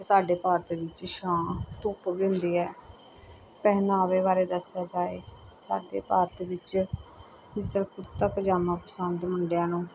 ਅਤੇ ਸਾਡੇ ਭਾਰਤ ਵਿੱਚ ਛਾਂ ਧੁੱਪ ਵੀ ਹੁੰਦੀ ਹੈ ਪਹਿਨਾਵੇ ਬਾਰੇ ਦੱਸਿਆ ਜਾਏ ਸਾਡੇ ਭਾਰਤ ਵਿੱਚ ਜਿਸ ਤਰ੍ਹਾਂ ਕੁੜਤਾ ਪਜਾਮਾ ਪਸੰਦ ਮੁੰਡਿਆਂ ਨੂੰ